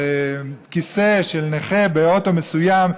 על כיסא של נכה באוטו מסוים,